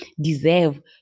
deserve